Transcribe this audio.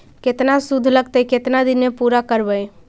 केतना शुद्ध लगतै केतना दिन में पुरा करबैय?